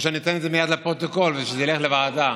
או שאתן את זה מייד לפרוטוקול וזה ילך לוועדה.